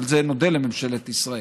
על זה נודה לממשלת ישראל.